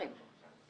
שלכם.